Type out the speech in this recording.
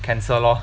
cancer lor